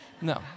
No